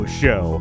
show